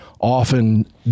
often